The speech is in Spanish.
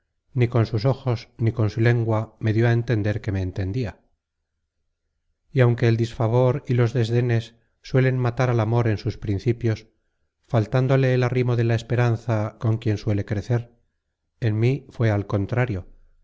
ni con sus ojos ni con su lengua me dió a entender que me entendia y aunque el disfavor y los desdenes suelen matar al amor en sus principios faltándole el arrimo de la esperanza con quien suele crecer en mí fué al contrario